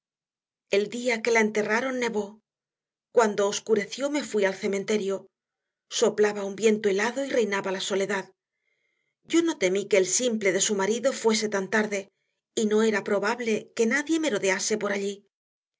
el día que la enterraron nevó cuando oscureció me fui al cementerio soplaba un viento helado y reinaba la soledad yo no temí que el simple de su marido fuese tan tarde y no era probable que nadie merodease por allí